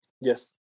Yes